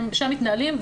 שם הם מתנהלים,